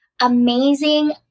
amazing